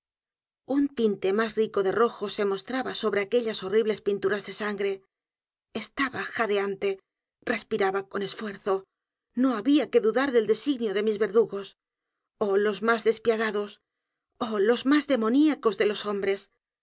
un tinte más rico de rojo se m o s t r a b a sobre aquellas horribles pinturas de s a n g r e e s t a b a jadeante respiraba eon esfuerzo no había que dudar del designio de mis v e r d u g o s o h los m á s despiadados o h los m á s demoniacos de los h